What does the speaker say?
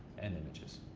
and images.